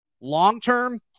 long-term